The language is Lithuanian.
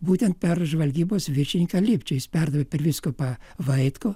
būtent per žvalgybos viršininką lipčių jis perdavė per vyskupą vaitkų